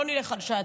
לא נלך על שעתיים,